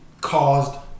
caused